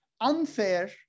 unfair